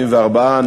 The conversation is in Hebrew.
74,